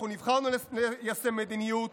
אנחנו נבחרנו ליישם מדיניות,